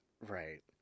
right